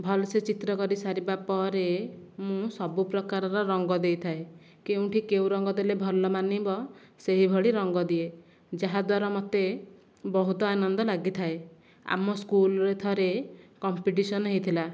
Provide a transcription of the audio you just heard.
ଭଲ ସେ ଚିତ୍ର କରି ସାରିବା ପରେ ମୁଁ ସବୁ ପ୍ରକାରର ରଙ୍ଗ ଦେଇଥାଏ କେଉଁଠି କେଉଁ ରଙ୍ଗ ଦେଲେ ଭଲ ମାନିବ ସେହିଭଳି ରଙ୍ଗ ଦିଏ ଯାହା ଦ୍ୱାରା ମୋତେ ବହୁତ ଆନନ୍ଦ ଲାଗିଥାଏ ଆମ ସ୍କୁଲରେ ଥରେ କମ୍ପିଟିସନ୍ ହୋଇଥିଲା